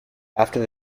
after